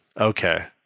Okay